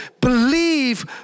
Believe